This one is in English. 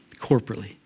corporately